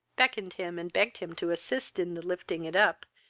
beckened him, and begged him to assist in the lifting it up,